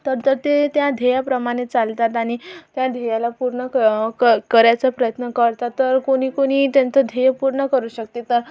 तर तर ते त्या ध्येयाप्रमाणे चालतात आणि त्या ध्येयाला पूर्ण क क करायचा प्रयत्न करतात तर कुणीकुणी त्यांचं ध्येय पूर्ण करू शकते तर